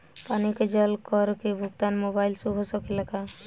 पानी के जल कर के भुगतान मोबाइल से हो सकेला का?